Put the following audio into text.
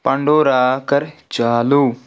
Pandora کر چالو